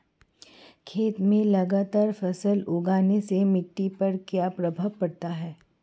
खेत में लगातार फसल उगाने से मिट्टी पर क्या प्रभाव पड़ता है?